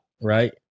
right